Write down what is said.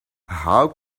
how